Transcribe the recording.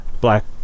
Black